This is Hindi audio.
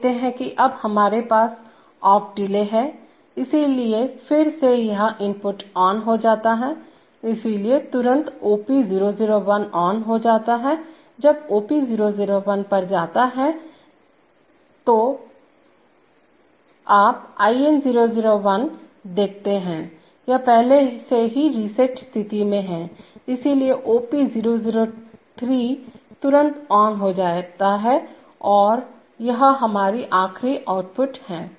आप देखते हैं कि अब हमारे पास ऑफ डिले है इसलिए फिर से यह इनपुट ऑन हो जाता है इसलिए तुरंत OP001 ऑन हो जाता है जब OP001 पर जाता है तो आप IN001 देखते हैं यह पहले से ही रीसेट स्थिति में है इसलिए OP003 तुरंत ऑन हो जाता है यह हमारा आखरी आउटपुट है